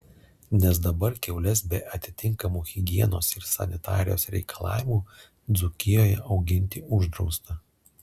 nes dabar kiaules be atitinkamų higienos ir sanitarijos reikalavimų dzūkijoje auginti uždrausta